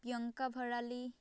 Priyanka Bharali